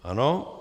Ano.